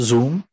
Zoom